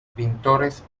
pintores